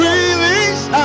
Release